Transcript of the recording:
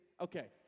Okay